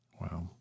Wow